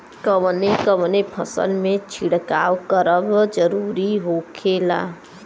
कवने कवने फसल में छिड़काव करब जरूरी होखेला?